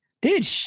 Dude